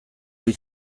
ohi